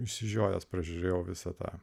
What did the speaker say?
išsižiojęs pražiūrėjau visą tą